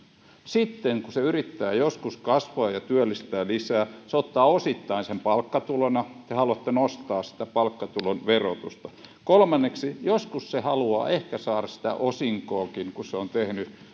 sitten kun se yritys joskus kasvaa ja työllistää lisää yrittäjä ottaa sen osittain palkkatulona te haluatte nostaa sitä palkkatulon verotusta kolmanneksi joskus se haluaa saada siitä ehkä osinkoakin kun se on tehnyt